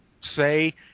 say